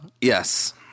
Yes